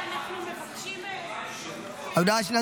אנחנו מבקשים --- הודעה אישית.